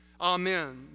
Amen